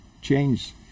change